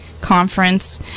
conference